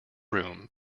room